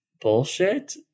bullshit